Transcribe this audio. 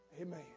Amen